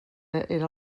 era